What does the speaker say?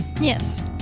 yes